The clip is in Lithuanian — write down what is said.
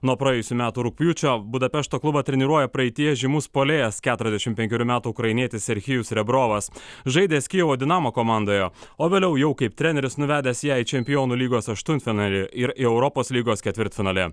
nuo praėjusių metų rugpjūčio budapešto klubą treniruoja praeityje žymus puolėjas keturiasdešimt penkerių metų ukrainietis serchijus rebrovas žaidęs kijevo dinamo komandoje o vėliau jau kaip treneris nuvedęs ją į čempionų lygos aštuntfinalį ir į europos lygos ketvirtfinalį